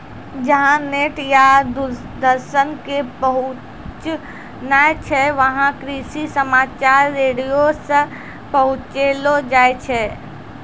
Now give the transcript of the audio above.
जहां नेट या दूरदर्शन के पहुंच नाय छै वहां कृषि समाचार रेडियो सॅ पहुंचैलो जाय छै